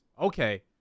okay